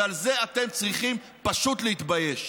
ועל זה אתם צריכים פשוט להתבייש.